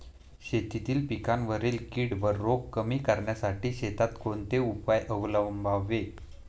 शेतातील पिकांवरील कीड व रोग कमी करण्यासाठी शेतात कोणते उपाय अवलंबावे?